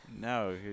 No